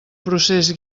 procés